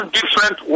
different